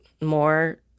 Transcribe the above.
more